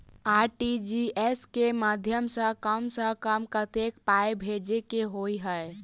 RTGS केँ माध्यम सँ कम सऽ कम केतना पाय भेजे केँ होइ हय?